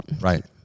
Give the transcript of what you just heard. Right